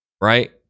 right